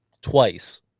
twice